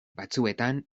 batzuetan